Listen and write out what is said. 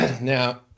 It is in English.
Now